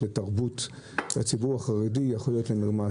לתרבות שהציבור החרדי יכול ליפול למרמס,